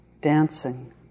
dancing